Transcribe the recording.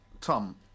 Tom